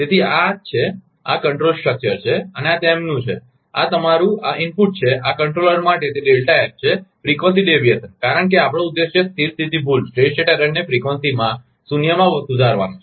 તેથી આ જ છે કે આ કંટ્રોલ સ્ટ્રક્ચર છે અને આ તેમનું છે આ તમારું આ ઇનપુટ છે આ કંટ્રોલર માટે તે ડેલ્ટા એફ છે ફ્રીક્વન્સી ડેવીએશન કારણ કે આપણો ઉદ્દેશ સ્થિર સ્થિતી ભૂલને ફ્રીક્વન્સીમાં શૂન્યમાં સુધારવાનો છે